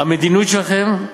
במדיניות שלכם,